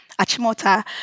Achimota